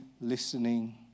listening